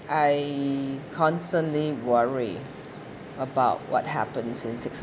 I constantly worry about what happens in six